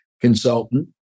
consultant